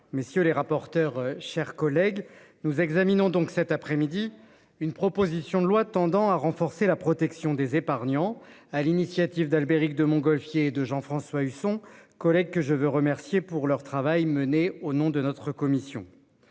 monsieur. Les rapporteurs chers collègues nous examinons donc cet après-midi une proposition de loi tendant à renforcer la protection des épargnants à l'initiative d'Albéric de Montgolfier de Jean-François Husson collègue que je veux remercier pour leur travail mené au nom de notre commission.